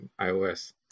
ios